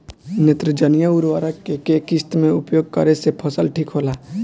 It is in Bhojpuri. नेत्रजनीय उर्वरक के केय किस्त मे उपयोग करे से फसल ठीक होला?